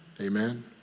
Amen